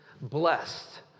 Blessed